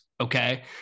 Okay